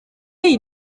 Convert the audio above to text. iyi